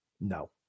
No